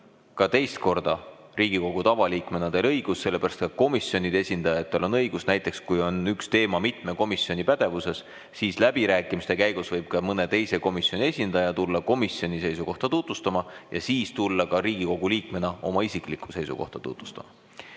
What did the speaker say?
ka teist korda, Riigikogu tavaliikmena teil õigus [pulti tulla], sellepärast et komisjoni esindajatel on see õigus. Näiteks, kui on üks teema mitme komisjoni pädevuses, siis läbirääkimiste käigus võib ka mõne teise komisjoni esindaja tulla komisjoni seisukohta tutvustama ja siis tulla Riigikogu liikmena ka oma isiklikku seisukohta tutvustama. Nii,